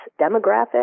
demographic